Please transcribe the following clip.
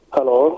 Hello